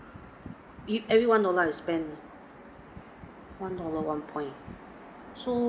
if everyone don't like to spend eh one dollar one point so